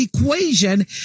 equation